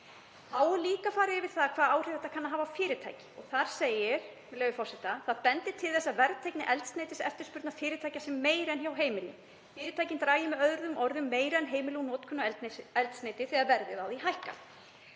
er líka farið yfir hvaða áhrif þetta kann að hafa á fyrirtæki. Þar segir, með leyfi forseta: „Það bendir til þess að verðteygni eldsneytiseftirspurnar fyrirtækja sé meiri en hjá heimilum. Fyrirtæki dragi með öðrum orðum meira en heimili úr notkun á eldsneyti þegar það hækkar